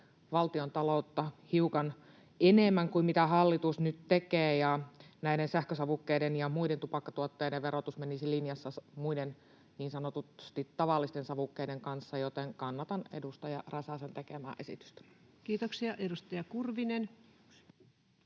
valtiontaloutta hiukan enemmän kuin mitä hallitus nyt tekee. Sähkösavukkeiden ja muiden tupakkatuotteiden verotus menisi linjassa muiden, niin sanotusti tavallisten, savukkeiden kanssa, joten kannatan edustaja Räsäsen tekemää esitystä. Kiitoksia. — Edustaja Kurvinen.